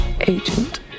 Agent